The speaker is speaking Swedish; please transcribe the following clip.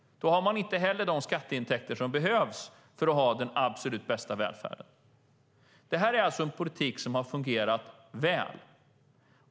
Då har man inte de skatteintäkter som behövs för att ha den absolut bästa välfärden. Det här är alltså en politik som har fungerat väl.